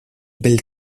bel